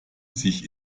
sich